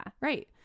Right